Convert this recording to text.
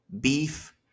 Beef